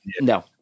No